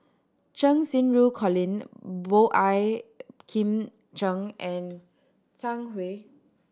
Cheng Xinru Colin Boey Kim Cheng and Zhang Hui